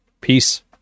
Peace